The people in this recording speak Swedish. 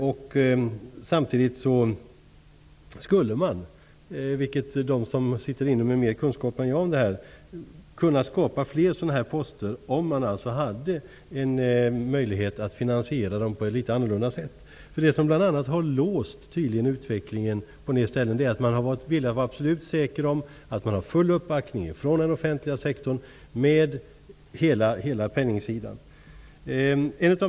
Det skulle kunna skapas fler sådana här poster om det fanns möjlighet att finansiera dem på ett annorlunda sätt. Detta säger de som sitter inne med mer kunskaper än jag om det här. Det som bl.a. har låst utvecklingen på en del ställen är att man har velat vara absolut säker på att man har full uppbackning från den offentliga sektorn när det gäller finansieringen.